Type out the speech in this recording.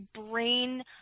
brain